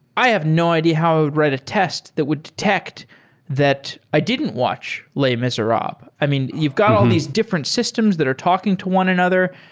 i have no idea how to a test that would detect that i didn't watch les miserables. i mean, you've got all these different systems that are talking to one another.